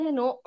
no